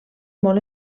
molt